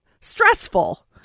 Stressful